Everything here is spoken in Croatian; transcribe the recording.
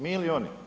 Mi ili oni?